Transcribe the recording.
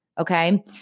Okay